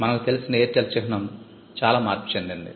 మనకు తెలిసిన ఎయిర్టెల్ చిహ్నం మార్పు చెందింది